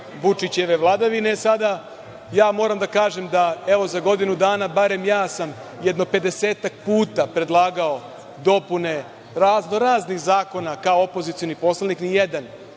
vučićeve vladavine, sada ja moram da kažem, evo, za godinudana, bar ja sam jedno 50-ak puta predlagao dopune raznoraznih zakona kao opozicioni poslanik, nijedan